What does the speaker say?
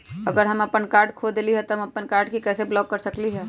अगर हम अपन कार्ड खो देली ह त हम अपन कार्ड के कैसे ब्लॉक कर सकली ह?